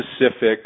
specific